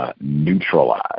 Neutralize